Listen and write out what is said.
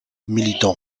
militant